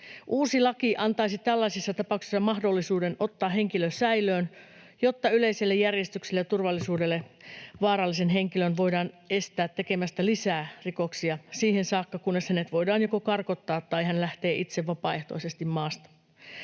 Uusi laki antaisi tällaisissa tapauksissa mahdollisuuden ottaa henkilö säilöön, jotta yleiselle järjestykselle ja turvallisuudelle vaarallista henkilöä voidaan estää tekemästä lisää rikoksia siihen saakka, kunnes hänet voidaan karkottaa tai hän lähtee itse vapaaehtoisesti maasta.